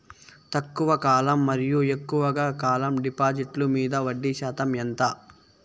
తక్కువ కాలం మరియు ఎక్కువగా కాలం డిపాజిట్లు మీద వడ్డీ శాతం ఎంత?